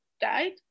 died